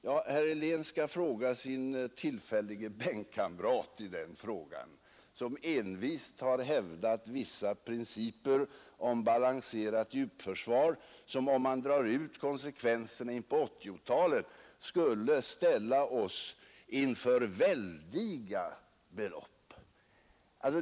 Ja, herr Helén skall fråga sin tillfällige bänkkamrat — herr Wedén — som envist har hävdat vissa principer om balanserat djupförsvar vilka, om man drar ut konsekvenserna in på 1980-talet, skulle ställa oss inför väldiga belopp.